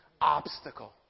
obstacle